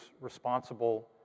responsible